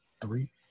three